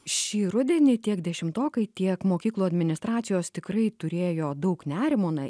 šį rudenį tiek dešimtokai tiek mokyklų administracijos tikrai turėjo daug nerimo na